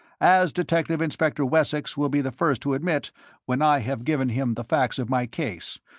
as detective-inspector wessex will be the first to admit when i have given him the facts of my case.